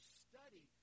study